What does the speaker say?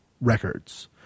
records